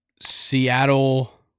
Seattle